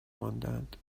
ماندهاند